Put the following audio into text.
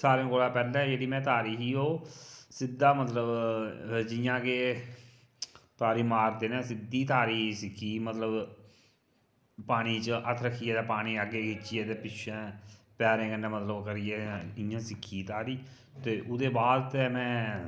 सारें कोला पैह्लें जेह्ड़ी तारी ही में ओह् सिद्धा मतलब जि'यां के तारी मारदे न सिद्धी तारी सिक्खी मतलब पानी च हत्थ रक्खियै ते पानी अग्गें खिच्चियै ते पिच्छें पैरें कन्नै मतलब ओह् करियै इ'यां सिक्खी तारी ते ओह्दे बाद ते में